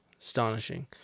Astonishing